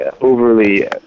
overly